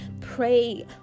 pray